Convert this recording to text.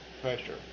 pressure